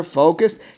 focused